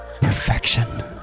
Perfection